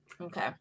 Okay